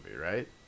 right